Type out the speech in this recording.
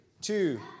two